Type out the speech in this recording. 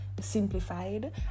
simplified